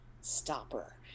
stopper